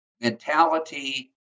mentality